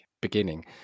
beginning